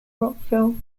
rockville